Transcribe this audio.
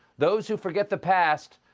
those who forget the past,